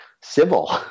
civil